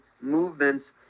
movements